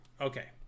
Okay